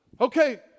okay